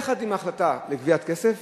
יחד עם ההחלטה על גביית כסף